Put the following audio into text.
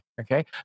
okay